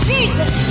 Jesus